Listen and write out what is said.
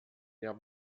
der